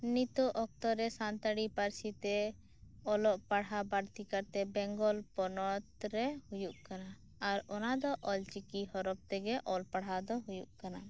ᱱᱤᱛᱚᱜ ᱚᱠᱛᱚ ᱨᱮ ᱥᱟᱱᱛᱟᱲᱤ ᱯᱟᱹᱨᱥᱤ ᱛᱮ ᱚᱞᱚᱜ ᱯᱟᱲᱦᱟᱜ ᱵᱟᱹᱲᱛᱤ ᱠᱟᱭᱛᱮ ᱵᱮᱝᱜᱚᱞ ᱯᱚᱱᱚᱛ ᱨᱮ ᱦᱩᱭᱩᱜ ᱠᱟᱱᱟ ᱟᱨ ᱚᱱᱟ ᱫᱚ ᱚᱞᱪᱤᱠᱤ ᱦᱚᱨᱚᱯ ᱛᱮᱜᱮ ᱚᱞ ᱯᱟᱲᱦᱟᱣ ᱫᱚ ᱦᱩᱭᱩᱜ ᱠᱟᱱᱟ